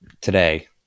today